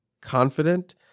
confident